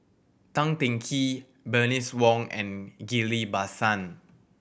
Tan Teng Kee Bernice Wong and Ghillie Basan